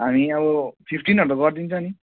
हामी अब fifteen hundred गरिदिन्छौँ नि